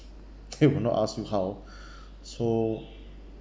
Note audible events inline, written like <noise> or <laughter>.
<laughs> they will not ask you how <breath> so